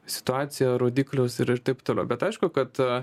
situaciją rodiklius ir ir taip toliau bet aišku kad